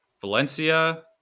Valencia